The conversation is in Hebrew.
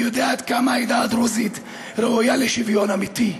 אני יודע עד כמה העדה הדרוזית ראויה לשוויון אמיתי,